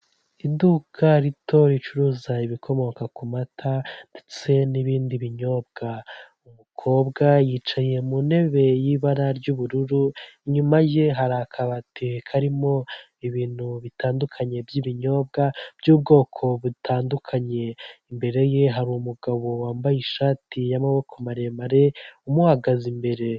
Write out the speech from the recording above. Iduka rito ricuruza ibikomoka ku mata ndetse n'ibindi binyobwa, umukobwa yicaye mu ntebe y'ibara ry'ubururu, inyuma ye hari akabati karimo ibintu bitandukanye by'ibinyobwa, by'ubwoko butandukanye, imbere ye hari umugabo wambaye ishati y'amaboko maremare umuhagaze imbere.